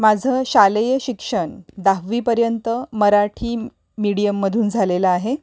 माझं शालेय शिक्षण दहावीपर्यंत मराठी मीडियममधून झालेलं आहे